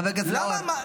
חבר הכנסת נאור.